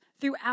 throughout